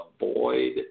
avoid